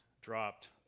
dropped